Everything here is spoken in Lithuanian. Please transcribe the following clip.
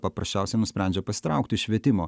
paprasčiausiai nusprendžia pasitraukti iš švietimo